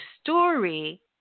story